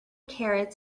carrots